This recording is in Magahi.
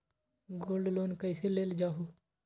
गोल्ड लोन कईसे लेल जाहु?